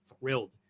thrilled